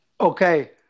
Okay